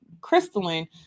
crystalline